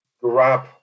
grab